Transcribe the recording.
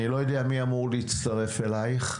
אני לא יודע מי אמור להצטרף אליך.